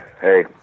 hey